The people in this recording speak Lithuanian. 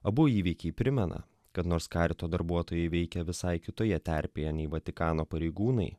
abu įvykiai primena kad nors karito darbuotojai veikia visai kitoje terpėje nei vatikano pareigūnai